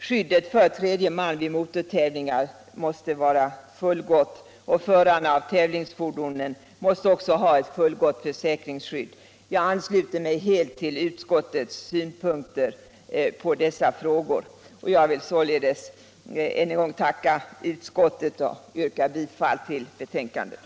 Skyddet för tredje man vid motortävlingar måste vara fullgott, och förarna av tävlingsfordonen måste också ha ett fullgott försäkringsskydd. Jag ansluter mig helt till utskottets synpunkter på dessa frågor och jag vill således än en gång tacka utskottet. Jag yrkar bifall till betänkandet.